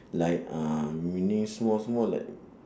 like uh meaning small small like